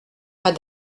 pas